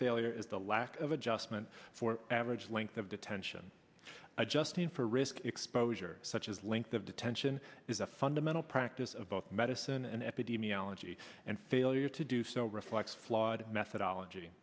failure is the lack of adjustment for average length of detention adjusting for risk exposure such as length of detention is a fundamental practice of both medicine and epidemiology and failure to do so reflects flawed methodology